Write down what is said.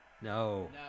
No